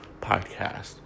podcast